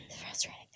Frustrating